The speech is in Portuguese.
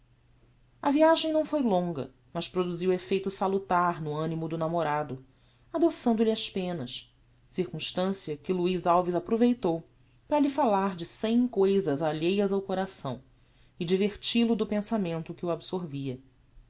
a viagem não foi longa mas produziu effeito salutar no animo do namorado adoçando lhe as penas circumstancia que luiz alves aproveitou para lhe falar de cem cousas alheias ao coração e divertil o do pensamento que o absorvia